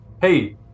Hey